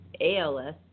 ALS